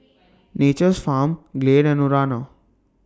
Nature's Farm Glade and Urana